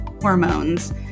hormones